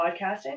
podcasting